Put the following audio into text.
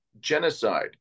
genocide